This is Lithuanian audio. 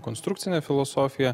konstrukcinę filosofiją